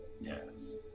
Yes